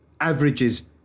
averages